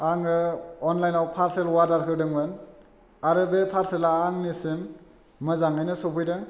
आङो अनलाइनआव parcel order होदोंमोन आरो बे फारसेलआ आंनिसिम मोजाङैनो सौफैदों